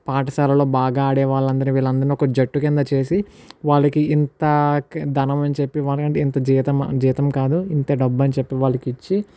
పాఠశాలలో బాగా ఆడే వాళ్ళందరిని వీళ్ళందరిని ఒక జట్టు కింద చేసి వాళ్ళకి ఇంత ధనం అని చెప్పి వాళ్ళకి అంటే ఇంత జీతం జీతం కాదు ఇంత డబ్బు అని చెప్పి వాళ్ళకి ఇచ్చి